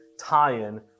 tie-in